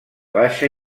baixa